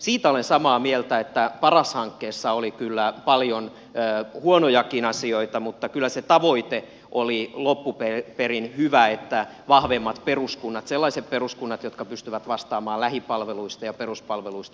siitä olen samaa mieltä että paras hankkeessa oli kyllä paljon huonojakin asioita mutta kyllä se tavoite oli loppuperin hyvä vahvemmat peruskunnat sellaiset peruskunnat jotka pystyvät vastaamaan lähipalveluista ja peruspalveluista myös tulevaisuudessa